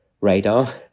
radar